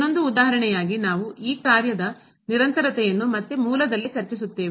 ಇನ್ನೊಂದು ಉದಾಹರಣೆಯಾಗಿ ನಾವು ಈ ಕಾರ್ಯದ ನಿರಂತರತೆಯನ್ನು ಮತ್ತೆ ಮೂಲದಲ್ಲಿ ಚರ್ಚಿಸುತ್ತೇವೆ